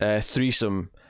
threesome